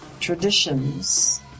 Traditions